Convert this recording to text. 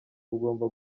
bugomba